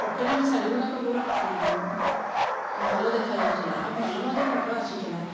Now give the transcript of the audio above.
photo ରେ ବି ଶାଢ଼ୀ ଗୁଡ଼ାକ ବହୁତ ଭଲ ଦେଖାଯାଉଥିଲା ଆଉ ଭଲ ମଧ୍ୟ ଫଟୋ ଆସୁଥିଲା